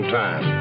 time